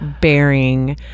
bearing